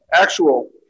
actual